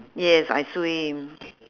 yes I swim